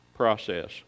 process